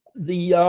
the